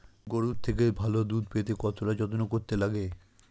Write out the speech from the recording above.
গরুর থেকে ভালো দুধ পেতে কতটা যত্ন করতে লাগে